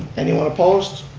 anyone opposed?